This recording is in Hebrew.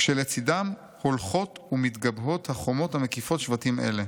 כשלצידם הולכות ומתגבהות החומות המקיפות שבטים אלה.